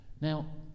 Now